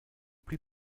plus